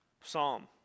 psalm